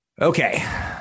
Okay